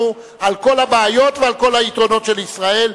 על כל הבעיות ועל כל היתרונות של ישראל.